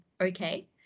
okay